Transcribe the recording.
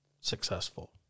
successful